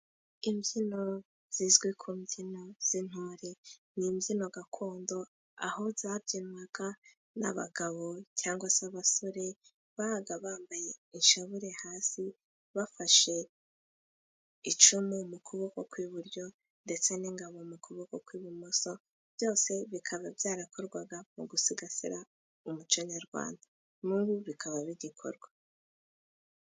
Imbyino zizwi ku mbyino z'intore n'imbyino gakondo, aho zabyinwaga n'abagabo, cyangwa se abasore, babaga bambaye inshabure hasi bafashe icumu mu kuboko kw'iburyo, ndetse n'ingabo mu kuboko kw'ibumoso, byose bikaba byarakorwaga mu gusigasira umuco Nyarwanda n'ubu bikaba bigikorwa.